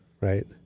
right